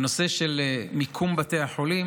בנושא של מיקום בתי החולים,